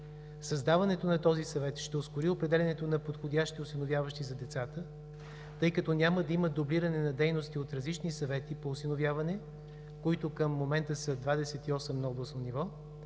Създаването на този съвет ще ускори определянето на подходящи осиновяващи за децата, тъй като няма да има дублиране на дейности от различни съвети по осиновяване, които към момента са 28 на областно ниво,